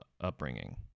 upbringing